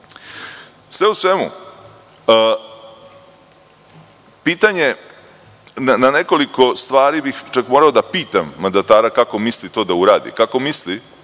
u svemu, na nekoliko stvari bih morao da pitam mandatara kako misli to da uradi, kako misli